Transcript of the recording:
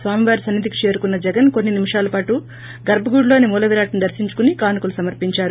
స్వామివారి సన్ని ధికి చేరుకున్న జగన్ కొన్ని నిమిషాల పాటు గర్బగుడిలోని మూల విరాట్టును దర్పించుకోని కానుకలు సమర్పించారు